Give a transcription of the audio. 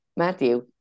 Matthew